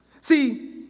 See